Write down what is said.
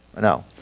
No